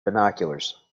binoculars